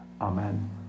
amen